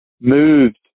moved